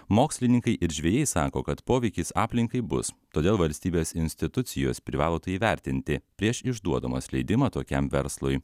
mokslininkai ir žvejai sako kad poveikis aplinkai bus todėl valstybės institucijos privalo tai įvertinti prieš išduodamos leidimą tokiam verslui